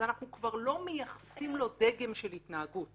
אנחנו כבר לא מייחסים לו דגם של התנהגות.